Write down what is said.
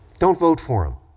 don't vote for them,